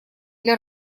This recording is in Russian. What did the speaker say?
для